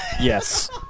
Yes